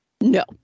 No